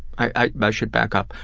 i should back up.